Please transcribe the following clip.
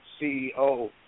CEO